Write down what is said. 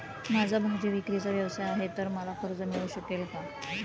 माझा भाजीविक्रीचा व्यवसाय आहे तर मला कर्ज मिळू शकेल का?